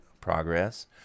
progress